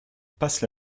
passe